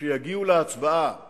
כשיגיעו להצבעה